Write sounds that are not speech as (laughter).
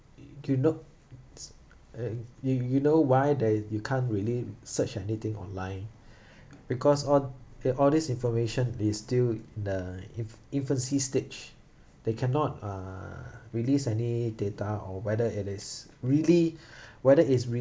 you look s~ and you you know why that you can't really search anything online (breath) because all th~ all this information is still in the inf~ infancy stage they cannot uh release any data or whether it is really (breath) whether is real~